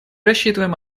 рассчитываем